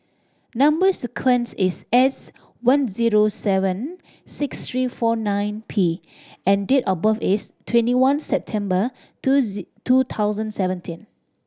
number sequence is S one zero seven six three four nine P and date of birth is twenty one September two two thousand seventeen